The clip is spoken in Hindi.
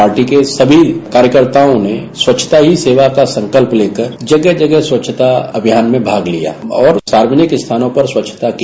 पार्टी के सभी कार्यकर्ताओं ने स्वच्छता ही सेवा का संकल्प लेकर स्वच्छता अभियान में भाग लिया और सार्वजनिक स्थानों पर स्वच्छता की